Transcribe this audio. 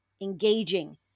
engaging